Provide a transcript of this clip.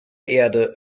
erde